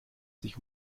sich